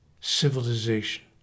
civilization